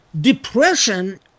Depression